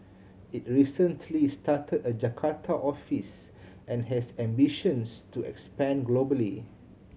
it recently started a Jakarta office and has ambitions to expand globally